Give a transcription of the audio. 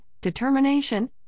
determination